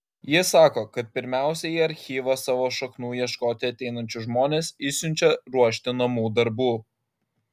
ji sako kad pirmiausia į archyvą savo šaknų ieškoti ateinančius žmones išsiunčia ruošti namų darbų